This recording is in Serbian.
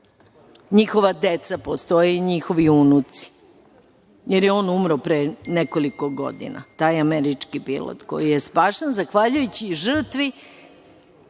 Njihova deca postoje i njihovi unuci, jer je on umro pre nekoliko godina, taj američki pilot koji je spašen zahvaljujući žrtvi